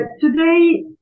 Today